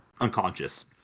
unconscious